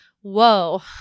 whoa